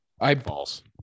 Eyeballs